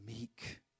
meek